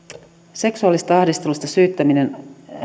seksuaalisesta ahdistelusta syyttäminen